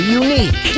unique